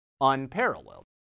unparalleled